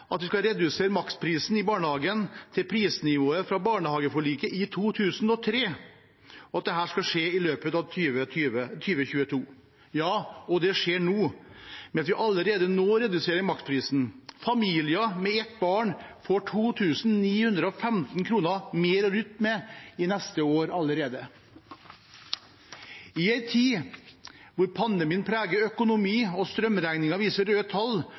at vi skal redusere maksprisen i barnehagen til prisnivået fra barnehageforliket i 2003, og at dette skal skje i løpet av 2022. Det skjer nå, for allerede nå reduserer vi maksprisen. Familier med ett barn får 2 915 kr mer å rutte med allerede neste år. I en tid da pandemien preger økonomien, strømregningen viser røde tall